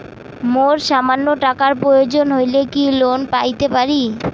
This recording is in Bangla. মোর সামান্য টাকার প্রয়োজন হইলে কি লোন পাইতে পারি?